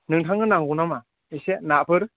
नोंथांनो नांगौ नामा एसे नाफोर